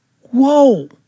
Whoa